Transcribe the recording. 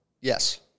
Yes